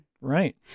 Right